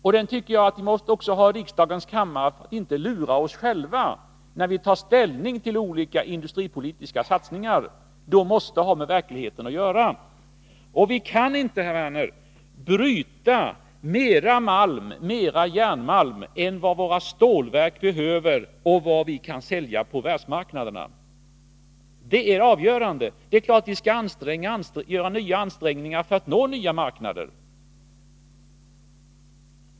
Jag tycker att vi inte får lura oss själva när vi tar ställning till olika industripolitiska satsningar; de måste ha med verkligheten att göra. Vi kan inte, herr Werner, bryta mer järnmalm än vad våra stålverk behöver och vad vi kan sälja på världsmarknaderna. Det är avgörande. Men det är klart att vi skall göra ansträngningar för att nå nya marknader.